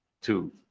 two